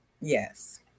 yes